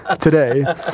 today